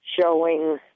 showing